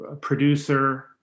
producer